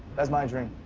that's my dream.